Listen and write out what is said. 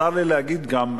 צר לי להגיד גם,